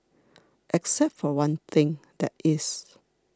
except for one thing that is